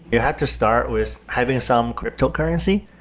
you have to start with having some cryptocurrency.